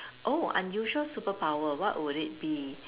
oh unusual superpower what would it be